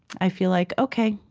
i feel like, ok,